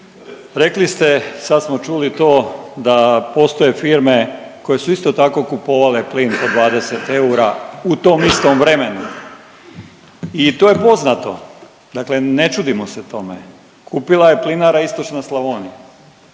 rekli ste sad smo čuli to da postoje firme koje su isto tako kupovale plin po 20 eura u tom istom vremenu i to je poznato, dakle ne čudimo se tome kupila je Plinara istočna Slavonija.